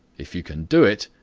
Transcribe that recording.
if you can do it,